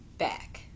back